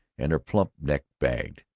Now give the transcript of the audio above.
and her plump neck bagged.